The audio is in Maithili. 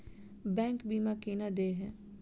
बैंक बीमा केना देय है?